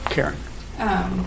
Karen